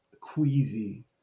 Queasy